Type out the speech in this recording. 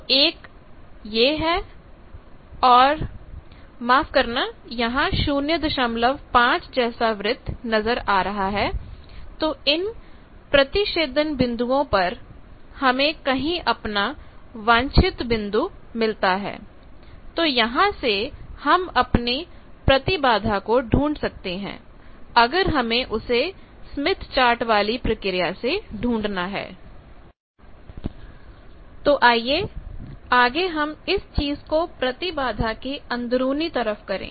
तो एक यह है और माफ करना यहां 05 जैसा वृत्त नजर आ रहा है तो इन प्रतिच्छेदन बिंदुओं पर हमें कहीं अपना वांछित बिंदु मिलता है तो यहां से हम अपने प्रतिबाधा को ढूंढ सकते हैं अगर हमें उसे स्मिथ चार्ट वाली प्रक्रिया से ढूंढना है तो आइए आगे हम इस चीज को प्रतिबाधा की अंदरूनी तरफ करें